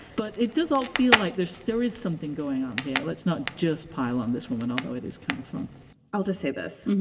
but it does all feel like there's there is something going on here. let's not just pile on this woman, although it is kind of fun i'll just say this.